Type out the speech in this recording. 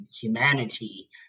humanity